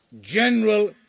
general